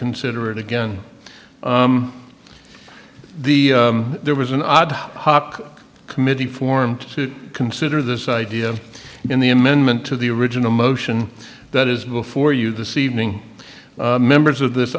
consider it again the there was an odd hoc committee formed to consider this idea in the amendment to the original motion that is before you this evening members of this